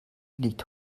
liegt